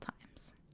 times